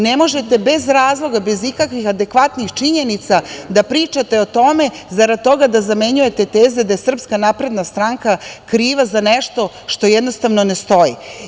Ne možete bez razloga, bez ikakvih adekvatnih činjenica da pričate o tome zarad toga da zamenjujete teze da je SNS kriva za nešto što ne stoji.